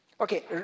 okay